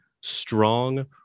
strong